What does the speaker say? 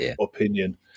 opinion